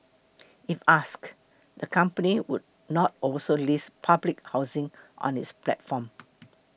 if asked the company would not also list public housing on its platform